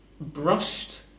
brushed